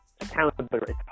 Accountability